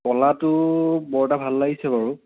ক'লাটো বৰ এটা ভাল লাগিছে বাৰু